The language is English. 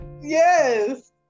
yes